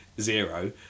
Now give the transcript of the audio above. zero